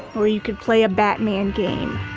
or you can play a batman game,